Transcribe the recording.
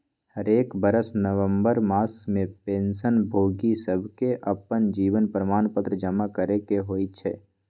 हरेक बरस नवंबर मास में पेंशन भोगि सभके अप्पन जीवन प्रमाण पत्र जमा करेके होइ छइ